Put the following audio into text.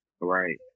Right